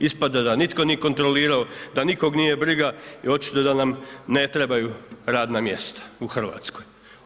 Ispada da nitko nije kontrolirao, da nikog nije briga i očito da nam ne trebaju radna mjesta u Hrvatskoj.